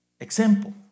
Example